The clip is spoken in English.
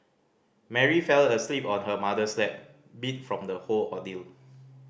Mary fell asleep on her mother's lap beat from the whole ordeal